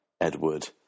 Edward